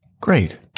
Great